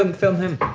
um film him!